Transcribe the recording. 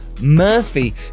Murphy